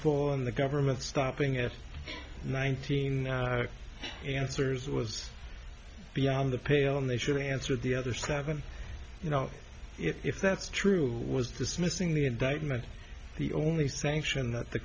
for the government stopping at nineteen answers was beyond the pale and they should answer the other seven you know if that's true was dismissing the indictment the only sanction that the